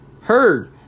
heard